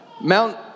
Mount